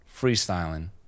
freestyling